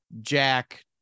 Jack